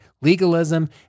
legalism